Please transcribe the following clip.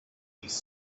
these